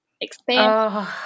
expand